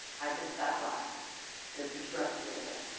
i just stopped by to disrupt you a bit,